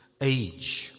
age